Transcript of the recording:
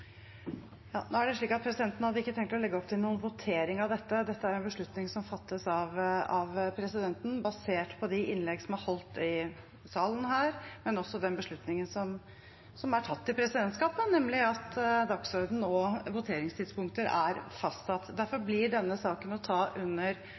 er det slik at presidenten ikke har tenkt å legge opp til noen votering over dette. Dette er en beslutning som fattes av presidenten, basert på de innlegg som er holdt i salen, men også beslutningen som er tatt i presidentskapet – nemlig at dagsordenen og voteringstidspunktet er fastsatt. Derfor